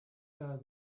her